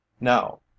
Now